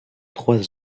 trois